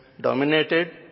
dominated